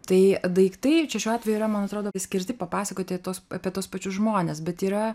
tai daiktai čia šiuo atveju yra man atrodo skirti papasakoti tuos apie tuos pačius žmones bet yra